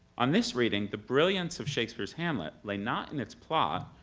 on this reading, the brilliance of shakespeare's hamlet lay not in its plot,